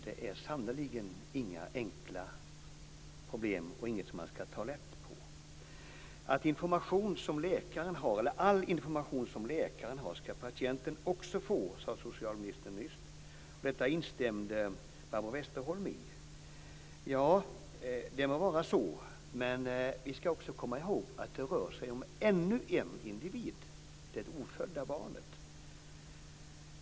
Det är sannerligen inga enkla problem och ingenting som man skall ta lätt på. All information som läkaren har skall patienten också få, sade socialministern nyss. Detta instämde Barbro Westerholm i. Det må vara så. Men vi skall också komma ihåg att det rör sig om ännu en individ, det ofödda barnet.